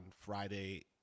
Friday